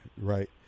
right